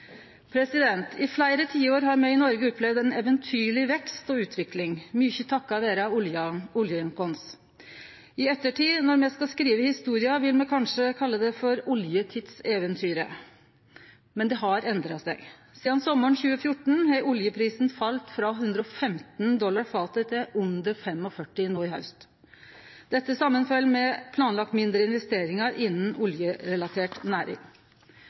I fleire tiår har me i Noreg opplevd ein eventyrleg vekst og utvikling, mykje takka vere olja vår. I ettertid, når me skal skrive historia, vil me kanskje kalle det oljetidseventyret, men det har endra seg. Sidan sommaren 2014 har oljeprisen falle frå 115 dollar fatet til under 45 no i haust. Dette fell saman med færre planlagde investeringar innan oljerelatert næring.